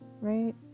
right